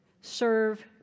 Serve